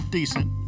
Decent